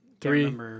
three